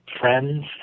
friends